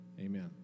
Amen